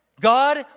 God